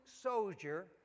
soldier